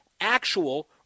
actual